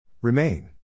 Remain